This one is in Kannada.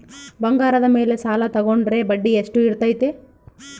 ಬಂಗಾರದ ಮೇಲೆ ಸಾಲ ತೋಗೊಂಡ್ರೆ ಬಡ್ಡಿ ಎಷ್ಟು ಇರ್ತೈತೆ?